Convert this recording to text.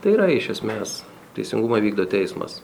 tai yra iš esmės teisingumą vykdo teismas